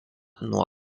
nuo